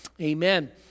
amen